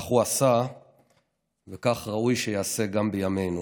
כך הוא עשה וכך ראוי שייעשה גם בימינו.